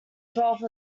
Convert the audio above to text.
twelfth